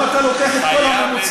אם אתה לוקח את כל הממוצע,